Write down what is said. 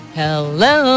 hello